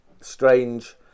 strange